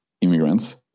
immigrants